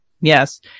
yes